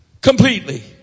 completely